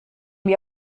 wir